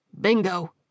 Bingo